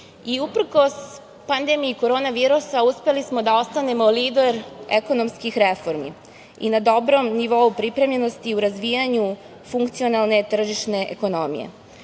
pandemiji korona virusa uspeli smo da ostanemo lider ekonomskih reformi i na dobrom nivou pripremljenosti u razvijanju funkionalne tržišne ekonomije.